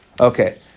Okay